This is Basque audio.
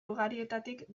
ugarietatik